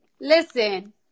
Listen